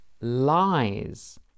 lies